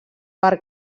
per